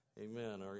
Amen